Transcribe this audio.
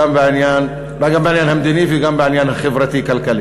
גם בעניין המדיני וגם בעניין החברתי-כלכלי.